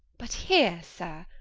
but here, sir,